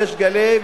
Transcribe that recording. בריש גלי,